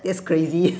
that's crazy